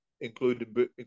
including